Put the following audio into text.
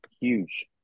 huge